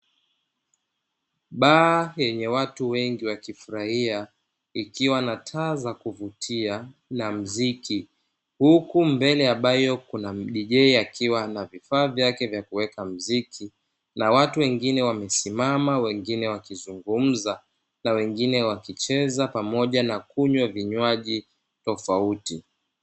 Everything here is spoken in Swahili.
Baa yenye watu wengi wakifurahia ikiwa na taa za kuvutia na muziki, huku mbele ya baa ambayo kuna mdijei akiwa na vifaa vyake vya kuweka muziki, na watu wengine wamesimama na wengine wakicheza pamoja na kunywa vinywaji tofauti.